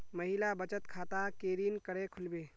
महिला बचत खाता केरीन करें खुलबे